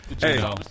Hey